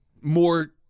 more